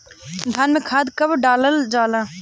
धान में खाद कब डालल जाला?